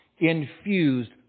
infused